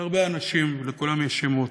זה הרבה אנשים, ולכולם יש שמות.